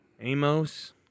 Amos